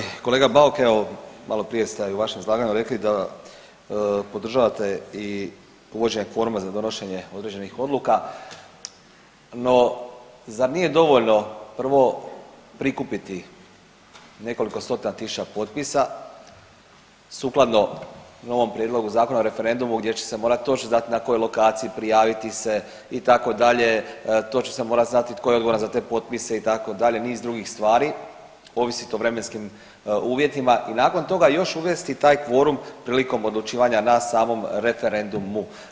Poštovani kolega Bauk evo maloprije ste u vašem izlaganju rekli da podržavate i uvođenje kvoruma za donošenje određenih odluka, no zar nije dovoljno prvo prikupiti nekoliko stotina tisuća potpisa sukladno novom prijedlogu Zakona o referendumu gdje će se morati točno znati na kojoj lokaciji, prijaviti se itd., točno se mora znati tko je odgovoran za te potpise itd., niz drugih stvari, ovisit o vremenskim uvjetima i nakon toga još uvesti taj kvorum prilikom odlučivanja na samom referendumu.